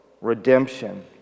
redemption